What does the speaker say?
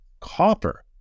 Copper